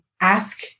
Ask